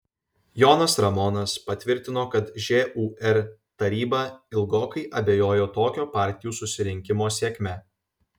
jonas ramonas patvirtino kad žūr taryba ilgokai abejojo tokio partijų susirinkimo sėkme